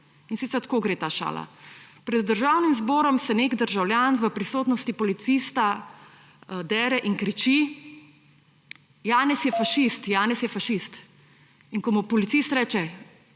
In sicer tako gre ta šala. Pred Državnim zborom se nek državljan v prisotnosti policista dere in kriči: Janez je fašist, Janez je fašist. In ko mu policist reče,